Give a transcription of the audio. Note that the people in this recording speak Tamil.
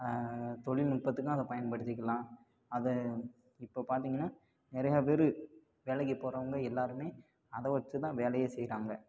தொழில்நுட்பத்துக்கும் அதை பயன்படுத்திக்கலாம் அதை இப்போ பார்த்தீங்கன்னா நிறையா பேர் வேலைக்கு போகிறவங்க எல்லோருமே அதை வெச்சு தான் வேலையே செய்கிறாங்க